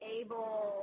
able